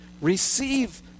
receive